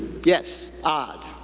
yes, odd.